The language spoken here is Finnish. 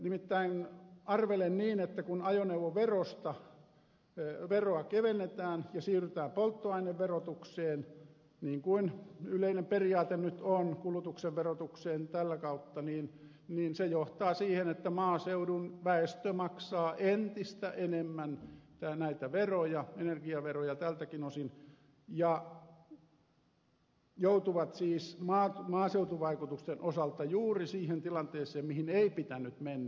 nimittäin arvelen niin että kun ajoneuvoveroa kevennetään ja siirrytään polttoaineverotukseen niin kuin yleinen periaate nyt on kulutuksen verotukseen tätä kautta niin se johtaa siihen että maaseudun väestö maksaa entistä enemmän näitä energiaveroja tältäkin osin ja joutuvat siis maaseutuvaikutusten osalta juuri siihen tilanteeseen mihin ei pitänyt mennä